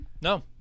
No